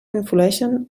influeixen